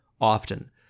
often